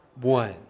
one